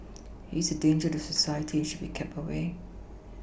he is a danger to society and should be kept away